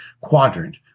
quadrant